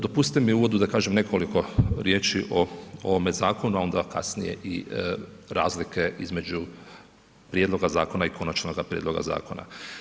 Dopustite mi u uvodu da kažem nekoliko riječi o ovome zakonu a onda kasnije i razlike između prijedloga zakona i konačnoga prijedloga zakona.